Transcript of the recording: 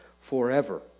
forever